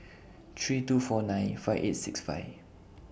three two four nine five eight six five